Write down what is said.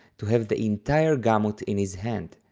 to have the entire gamut in his hand,